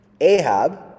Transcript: Ahab